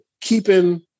keeping